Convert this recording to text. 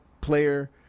player